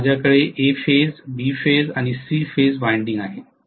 आता माझ्याकडे A phase B phase आणि सी फेज वायंडिंग आहेत